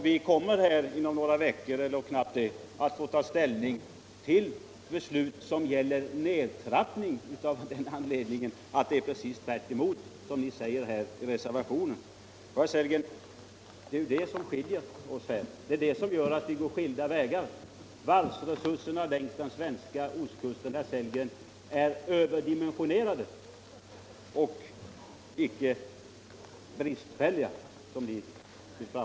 Vi kommer inom någon vecka att få ta ställning till ett förslag om vissa varvsfrågor på grund av att förhållandena är de rakt motsatta mot vad som sägs I er reservation.